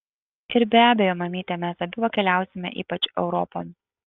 ir be abejo mamyte mes abi pakeliausime ypač europon